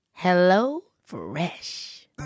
HelloFresh